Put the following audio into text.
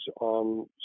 on